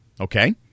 Okay